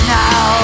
now